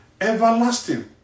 Everlasting